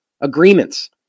agreements